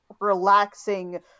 relaxing